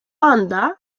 ânda